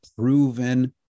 proven